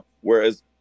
Whereas